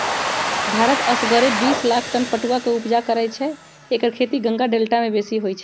भारत असगरे बिस लाख टन पटुआ के ऊपजा करै छै एकर खेती गंगा डेल्टा में बेशी होइ छइ